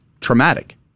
traumatic